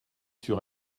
sur